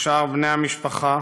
ושאר בני המשפחה.